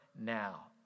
now